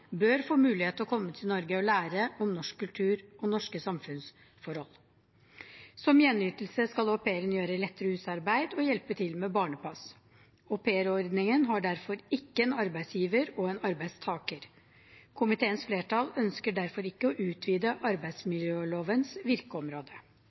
bør få mulighet til å komme til Norge og lære om norsk kultur og norske samfunnsforhold. Som gjenytelse skal au pairen gjøre lettere husarbeid og hjelpe til med barnepass. Aupairordningen har derfor ikke en arbeidsgiver og en arbeidstaker. Komiteens flertall ønsker derfor ikke å utvide